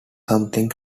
something